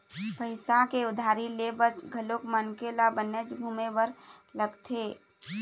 पइसा के उधारी ले बर घलोक मनखे ल बनेच घुमे बर लगथे